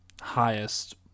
highest